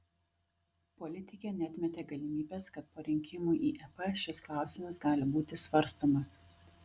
politikė neatmetė galimybės kad po rinkimų į ep šis klausimas gali būti svarstomas